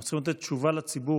אנחנו צריכים לתת תשובה לציבור,